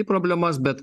problemas bet